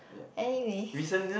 anyway